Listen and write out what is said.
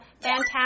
fantastic